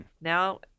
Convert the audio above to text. Now